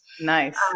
nice